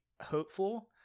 hopeful